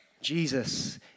Jesus